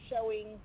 showing